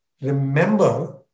Remember